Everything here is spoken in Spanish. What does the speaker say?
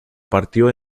partió